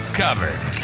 covered